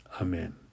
Amen